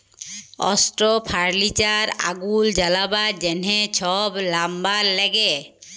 অস্ত্র, ফার্লিচার, আগুল জ্বালাবার জ্যনহ ছব লাম্বার ল্যাগে